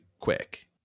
quick